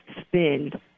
spend